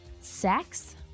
Sex